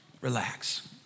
Relax